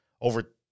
over